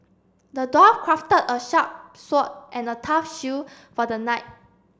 the dwarf crafted a sharp sword and a tough shield for the knight